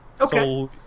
Okay